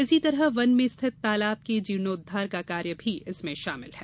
इसी तरह वन में स्थित तालाब के जीर्णोद्वार का कार्य भी शामिल है